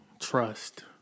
trust